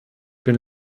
bin